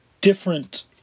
different